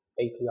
API